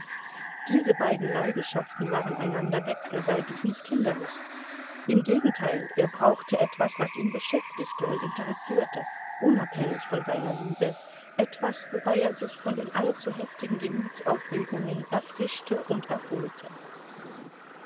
diese beiden leidenschaften waren einander wechselseitig nicht hinderlich im gegenteil er brauchte etwas was ihn beschäftigte und interessierte unabhängig von seiner liebe etwas wobei er sich von den allzu heftigen gemütsaufregungen erfrischte und erholte